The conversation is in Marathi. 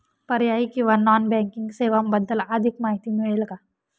पर्यायी किंवा नॉन बँकिंग सेवांबद्दल अधिक माहिती मिळेल का?